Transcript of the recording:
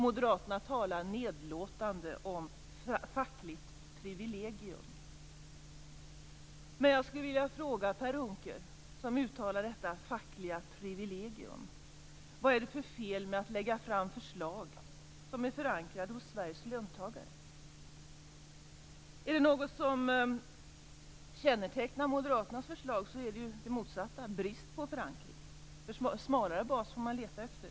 Moderaterna talar nedlåtande om "fackligt privilegium". Jag skulle vilja fråga Per Unckel, som uttalar detta om "fackligt privilegium": Vad är det för fel med att lägga fram förslag som är förankrade hos Sveriges löntagare? Om det är något som kännetecknar Moderaternas förslag är det ju det motsatta, dvs. brist på förankring. Smalare bas får man leta efter.